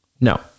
No